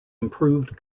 improved